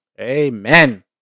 Amen